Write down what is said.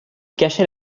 cachait